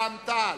רע"ם-תע"ל.